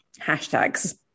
hashtags